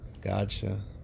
Gotcha